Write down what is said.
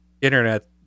internet